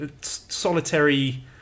solitary